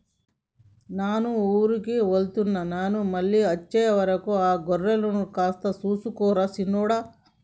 నాను ఊరు వెళ్తున్న నాను మళ్ళీ అచ్చే వరకు ఆ గొర్రెలను కాస్త సూసుకో రా సిన్నోడా